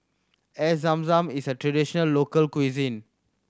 Air Zam Zam is a traditional local cuisine